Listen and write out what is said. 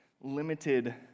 limited